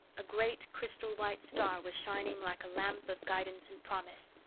a great crystal-white star was shining like a lamp of guidance and promise.